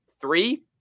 three